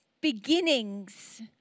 beginnings